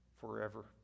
forever